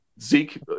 zeke